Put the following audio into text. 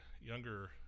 younger